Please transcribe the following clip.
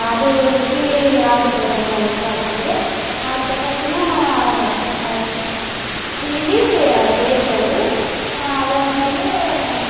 ಅದು ರುಚೀ ಆಗುತ್ತೆ ಸ್ವಲ್ಪ ಉಪ್ಪು ಹಾಕಿದ್ರೆ ಆ ಚಪಾತಿ ತೀಡಿ ಬೇಯಿಸೋದು ಅದಾದ್ಮೇಲೇ